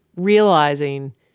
Realizing